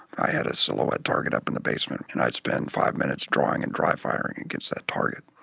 i had a silhouette target up in the basement and i'd spend five minutes drawing and dry firing against that target.